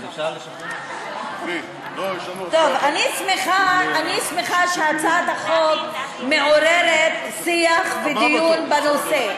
אני שמחה שהצעת החוק מעוררת שיח ודיון בנושא.